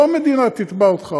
לא המדינה תתבע אותך.